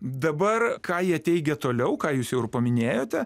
dabar ką jie teigia toliau ką jūs jau ir paminėjote